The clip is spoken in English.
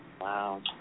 Wow